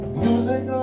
music